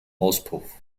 auspuff